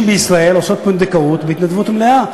נשים בישראל עושות פונדקאות בהתנדבות מלאה.